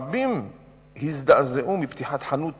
אבל רבים הזדעזעו מפתיחת חנות